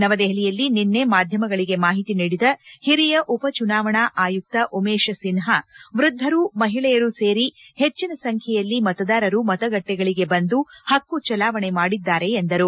ನವದೆಹಲಿಯಲ್ಲಿ ನಿನ್ನೆ ಮಾಧ್ವಮಗಳಿಗೆ ಮಾಹಿತಿ ನೀಡಿದ ಹಿರಿಯ ಉಪ ಚುನಾವಣಾ ಆಯುಕ್ತ ಉಮೇಶ್ ಸಿನ್ಹಾ ವೃದ್ದರೂ ಮಹಿಳೆಯರೂ ಸೇರಿ ಹೆಚ್ಚಿನ ಸಂಚ್ಚೆಯಲ್ಲಿ ಮತದಾರರು ಮತಗಟ್ಟೆಗಳಿಗೆ ಬಂದು ಹಕ್ಕು ಚಲಾವಣೆ ಮಾಡಿದ್ದಾರೆ ಎಂದರು